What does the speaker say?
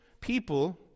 people